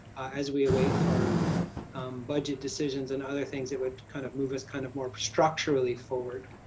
as we await for budget decisions and other things that would kind of move us kind of more structurally forward,